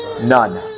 None